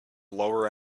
lower